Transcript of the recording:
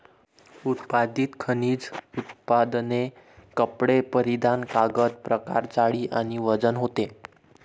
उत्पादित खनिज उत्पादने कपडे परिधान कागद प्रकार जाडी आणि वजन होते